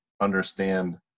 understand